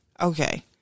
Okay